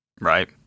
right